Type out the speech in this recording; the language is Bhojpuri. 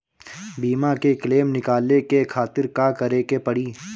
बीमा के क्लेम निकाले के खातिर का करे के पड़ी?